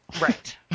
Right